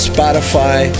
Spotify